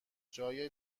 جای